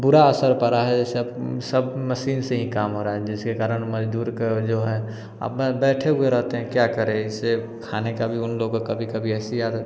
बुरा असर पड़ा है जैसे अब सब मशीन से काम हो रहा है जिसके कारण मज़दूर को जो है अपना बैठे हुए रहते हैं क्या करें इसे खाने का भी उन लोगों को कभी कभी ऐसी आदत